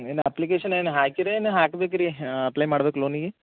ಏನು ಅಪ್ಲಿಕೇಶನ್ ಏನು ಹಾಕಿದೆ ಇನ್ ಹಾಕ್ಬೇಕ್ರಿ ಅಪ್ಲೈ ಮಾಡಬೇಕು ಲೋನಿಗಿ